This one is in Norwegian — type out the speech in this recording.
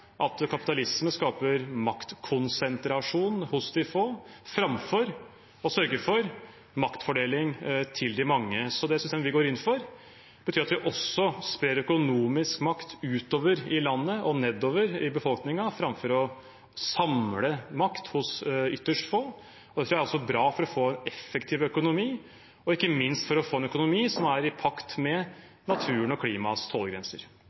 at kapitalisme skaper maktkonsentrasjon hos de få framfor å sørge for maktfordeling til de mange. Det systemet vi går inn for, betyr at vi også sprer økonomisk makt utover i landet og nedover i befolkningen framfor å samle makt hos ytterst få. Det tror jeg også er bra for å få en effektiv økonomi og ikke minst for å få en økonomi som er i pakt med naturen og klimaets